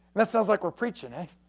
and it sounds like we're preaching it.